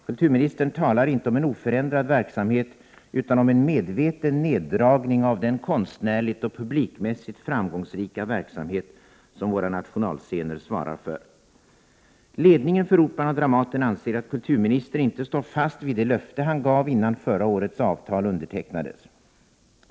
Kulturministern talar inte om en oförändrad verksamhet utan om en medveten neddragning av den konstnärligt och publikmässigt framgångsrika verksamhet som våra nationalscener svarar för. Ledningen för Operan och Dramaten anser att kulturministern inte står fast vid det löftehan gav innan förra årets avtal undertecknades.